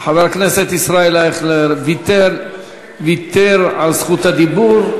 חבר הכנסת ישראל אייכלר ויתר על רשות הדיבור.